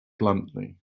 bluntly